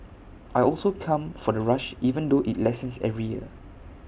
I also come for the rush even though IT lessens every year